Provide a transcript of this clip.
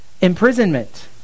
imprisonment